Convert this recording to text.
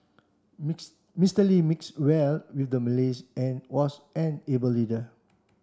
Mr Lee mixed well with the Malay's and was an able leader